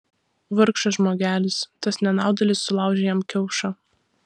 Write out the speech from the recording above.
vargšas žmogelis tas nenaudėlis sulaužė jam kiaušą